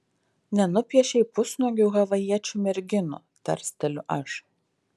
nenupiešei pusnuogių havajiečių merginų tarsteliu aš